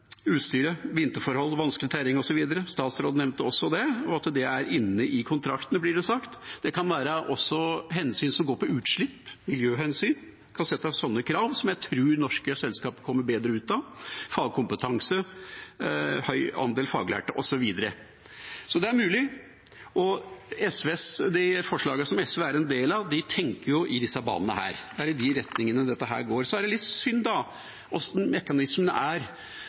kontraktene, blir det sagt. Det kan også være hensyn som går på utslipp, miljøhensyn – man kan sette sånne krav, som jeg tror norske selskap kommer bedre ut av – fagkompetanse, høy andel faglærte osv. Det er mulig, og i de forslagene som SV er en del av, har vi tenkt i disse baner. Det er i den retning det går. Så er det litt synd hvordan mekanismene er mellom opposisjon og posisjon. Sånn er